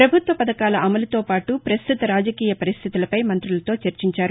పభుత్వ పథకాల అమలుతో పాటు పస్తుత రాజకీయ పరిస్టితులపై మంతులతో చర్చించారు